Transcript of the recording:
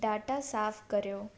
data साफ़ु करियो